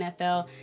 NFL